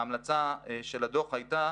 ההמלצה של הדוח הייתה